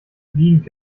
fliegen